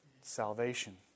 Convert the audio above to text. Salvation